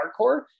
hardcore